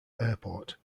airport